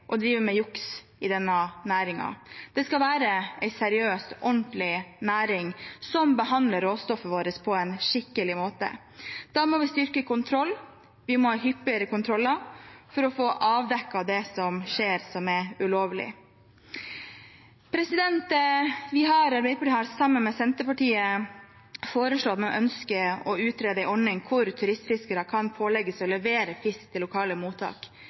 drive med juks i denne næringen. Det skal være en seriøs, ordentlig næring som behandler råstoffet vårt på en skikkelig måte. Da må vi styrke kontrollen. Vi må ha hyppigere kontroller for å få avdekket det som skjer som er ulovlig. Arbeiderpartiet har sammen med Senterpartiet foreslått å utrede en ordning hvor turistfiskere kan pålegges å levere fisk til lokale mottak.